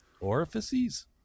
Orifices